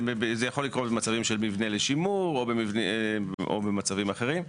זה יכול לקרות במצבים של מבנה לשימור או במצבים אחרים.